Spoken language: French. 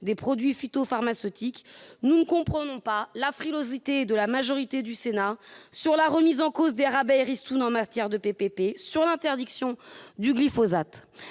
des produits phytopharmaceutiques, nous ne comprenons pas la frilosité de la majorité du Sénat sur la remise en cause des rabais et ristournes en matière de PPP ou sur l'interdiction du glyphosate.